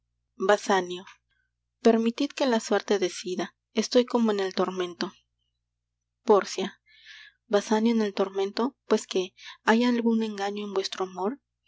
basanio permitid que la suerte decida estoy como en el tormento pórcia basanio en el tormento pues qué hay algun engaño en vuestro amor